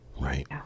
right